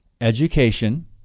education